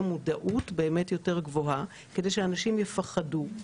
מודעות גבוהה יותר כדי שאנשים יפחדו,